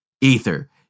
ether